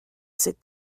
sit